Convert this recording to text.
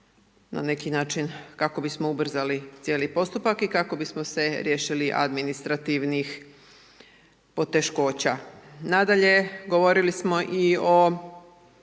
na neki način kako bismo ubrzali cijeli postupak i kako bismo se riješili administrativnih poteškoća. Nadalje, govorili smo i o